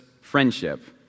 friendship